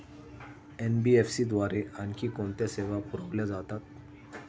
NBFC द्वारे आणखी कोणत्या सेवा पुरविल्या जातात?